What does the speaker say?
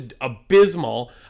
abysmal